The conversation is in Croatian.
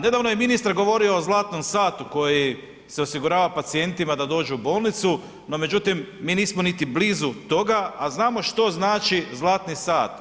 Nedavno je ministar govorio o zlatnom satu koji se osigurava pacijentima da dođu u bolnicu, no međutim, mi nismo niti blizu toga, a znamo što znači zlatni sat.